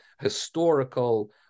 historical